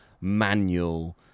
manual